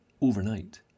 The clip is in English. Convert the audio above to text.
overnight